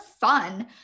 fun